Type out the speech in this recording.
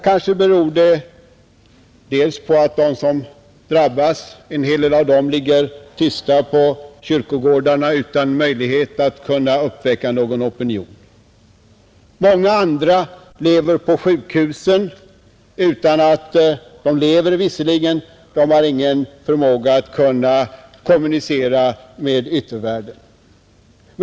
Kanske beror det i viss mån på att en del av dem som drabbas ligger tysta på kyrkogårdarna, utan möjlighet att väcka någon opinion. Många andra finns på sjukhusen — de lever visserligen, men de har ingen förmåga att kommunicera med yttervärlden.